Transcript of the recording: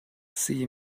see